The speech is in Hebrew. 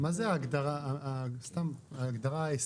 מה זה ההגדרה: ההסכם.